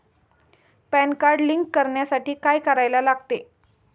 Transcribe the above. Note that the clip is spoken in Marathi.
पॅन कार्ड लिंक करण्यासाठी काय करायला लागते?